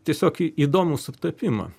tiesiog įdomų sutapimą